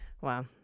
Wow